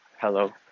Hello